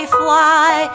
fly